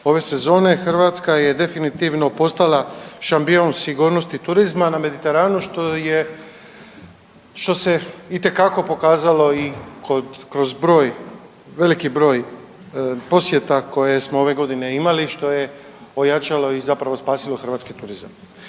ove sezone Hrvatska je definitivno postala šampion sigurnosti turizma na Mediteranu, što se itekako pokazalo i kroz broj, veliki broj posjeta koje smo ove godine imali, što je ojačalo i zapravo spasilo hrvatski turizam.